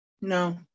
No